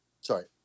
sorry